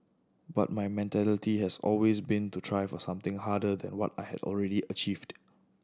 but my mentality has always been to try for something harder than what I had already achieved